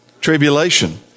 tribulation